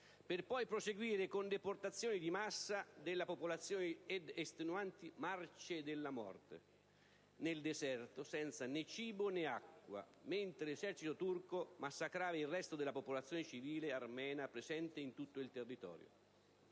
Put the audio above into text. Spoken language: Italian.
per poi proseguire con deportazioni di massa della popolazione ed estenuanti marce della morte nel deserto, senza né cibo né acqua, mentre l'esercito turco massacrava il resto della popolazione civile armena presente in tutto il territorio.